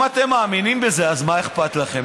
אם אתם מאמינים בזה, אז מה אכפת לכם.